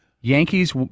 Yankees